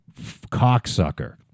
cocksucker